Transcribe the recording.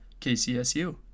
KCSU